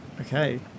okay